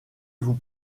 vous